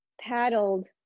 paddled